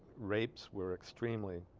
rapes were extremely